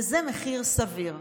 וזה מחיר סביר.